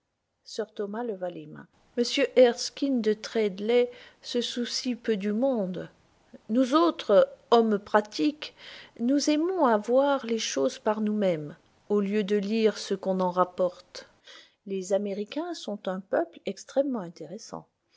leva les mains m erskine de treadley se soucie peu du monde nous autres hommes pratiques nous aimons à voir les choses par nous-mêmes au lieu de lire ce qu'on en rapporte les américains sont un peuple extrêmement intéressant